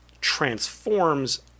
transforms